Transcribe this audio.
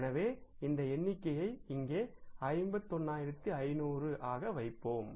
எனவே இந்த எண்ணிக்கையை இங்கே 51500 ஆக வைப்போம்